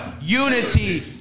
unity